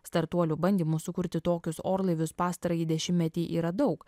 startuolių bandymų sukurti tokius orlaivius pastarąjį dešimtmetį yra daug